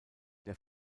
der